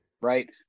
right